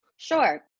Sure